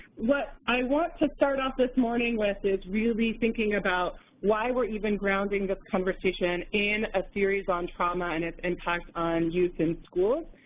what i want to start off this morning with is really thinking about why we're even grounding the conversation in a series on trauma and its impacts on youth in school,